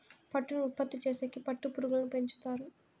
పట్టును ఉత్పత్తి చేసేకి పట్టు పురుగులను పెంచుతారు